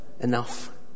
enough